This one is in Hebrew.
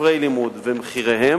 ספרי לימוד ומחיריהם.